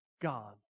God